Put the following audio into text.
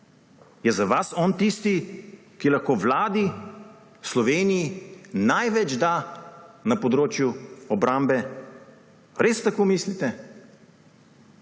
Je za vas on tisti, ki lahko Vladi, Sloveniji največ da na področju obrambe? Res tako mislite?